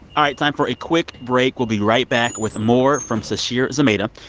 all right. time for a quick break. we'll be right back with more from sasheer zamata,